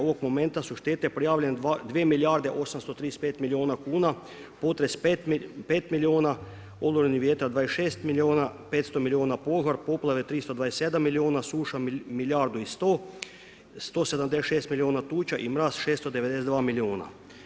Ovog momenta su štete prijavljene 2 milijarde 835 milijuna kuna, potres 5 milijuna, olujni vjetar 26 milijuna, 500 milijuna požar, poplave 327 milijuna, suša milijardu i 100, 176 milijuna tuča i mraz 692 milijuna.